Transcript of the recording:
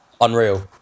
unreal